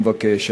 הוא מבקש,